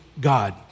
God